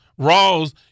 Rawls